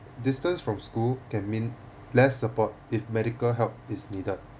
distance from school can mean less support if medical help is needed